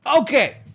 Okay